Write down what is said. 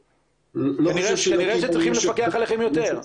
כנראה שצריכים לפקח עליכם יותר.